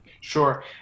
Sure